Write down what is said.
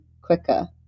quicker